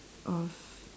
of